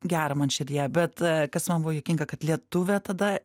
gera man širdyje bet kas man buvo juokinga kad lietuvė tada